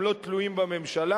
הם לא תלויים בממשלה.